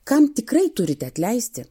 kam tikrai turite atleisti